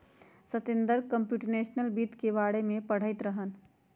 Satender computational वित्त के बारे में पढ़ईत रहन